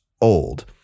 Old